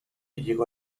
llegó